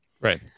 right